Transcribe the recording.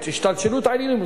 את השתלשלות העניינים.